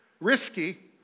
Risky